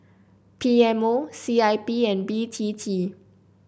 P M O C I B and B T T